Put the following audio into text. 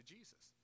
Jesus